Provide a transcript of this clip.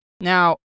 Now